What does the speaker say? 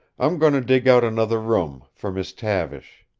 i'm going to dig out another room for miss tavish.